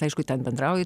aišku ten bendrauji tai